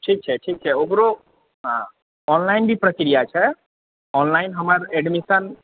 ठीक छै ठीक छै ओकरो हँ ऑनलाइन भी प्रक्रिया छै ऑनलाइन हमर एडमिशन